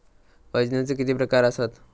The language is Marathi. वजनाचे किती प्रकार आसत?